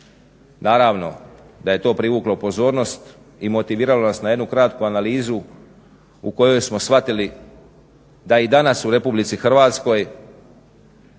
Naravno da je to privuklo pozornost i motiviralo nas na jednu kratku analizu u kojoj smo shvatili da i danas u RH se